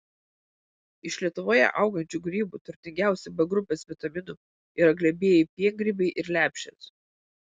iš lietuvoje augančių grybų turtingiausi b grupės vitaminų yra glebieji piengrybiai ir lepšės